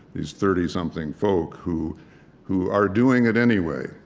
these thirty something folk who who are doing it anyway,